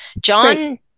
John